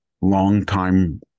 longtime